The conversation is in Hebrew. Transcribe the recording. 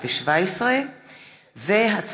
אמנה בין ממשלת מדינת ישראל לבין ממשלת הרפובליקה